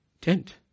tent